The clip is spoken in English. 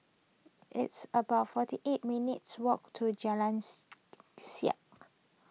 it's about forty eight minutes' walk to Jalan Siap